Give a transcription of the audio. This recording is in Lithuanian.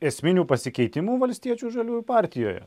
esminių pasikeitimų valstiečių ir žaliųjų partijoje